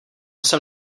jsem